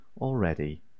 already